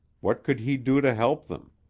what could he do to help them,